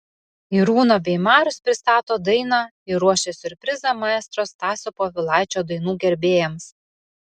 irūna bei marius pristato dainą ir ruošia siurprizą maestro stasio povilaičio dainų gerbėjams